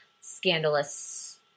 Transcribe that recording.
scandalous